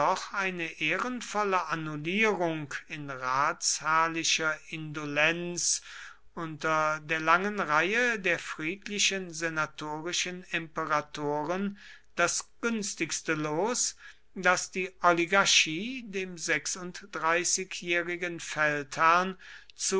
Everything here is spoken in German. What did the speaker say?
eine ehrenvolle annulierung in ratsherrlicher indolenz unter der langen reihe der friedlichen senatorischen imperatoren das günstigste los das die oligarchie dem sechsunddreißigjährigen